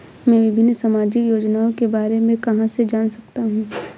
मैं विभिन्न सामाजिक योजनाओं के बारे में कहां से जान सकता हूं?